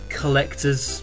collector's